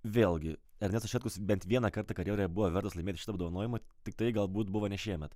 vėlgi ernestas šetkus bent vieną kartą karjeroje buvo vertas laimėti šitą apdovanojimą tiktai galbūt buvo ne šiemet